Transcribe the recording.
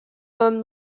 whom